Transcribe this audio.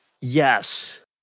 yes